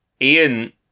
Ian